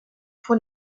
pour